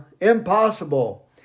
impossible